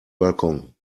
balkon